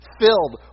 filled